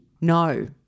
No